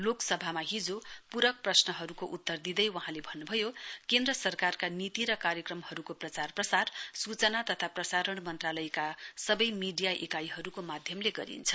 लोकसभामा हिजो पूरक प्रश्नहरुको उत्तर दिँदै वहाँले भन्नुभयो केन्द्र सरकारका नीति र कार्यक्रमहरुको प्रचार प्रसार सूचना तथा प्रसारण मन्त्रालयका सबै मीडिया इकाइहरुको माध्यमले गरिन्छ